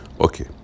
Okay